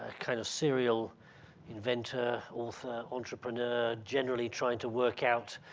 ah kind of serial inventor, author, entrepreneur generally trying to work out,